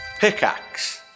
Pickaxe